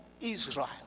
Israel